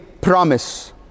promise